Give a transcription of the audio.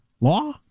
Law